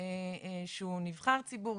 שהוא נבחר ציבור,